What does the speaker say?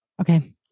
Okay